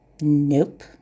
Nope